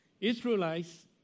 Israelites